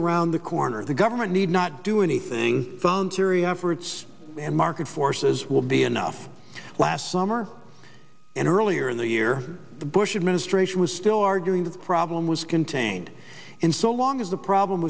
around the corner the government need not do anything phone syria efforts and market forces will be enough last summer and earlier in the year the bush administration was still arguing the problem was contained in so long as the problem